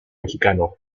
mexicano